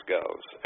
goes